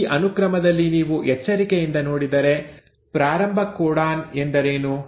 ಈ ಅನುಕ್ರಮದಲ್ಲಿ ನೀವು ಎಚ್ಚರಿಕೆಯಿಂದ ನೋಡಿದರೆ ಪ್ರಾರಂಭ ಕೋಡಾನ್ ಎಂದರೇನು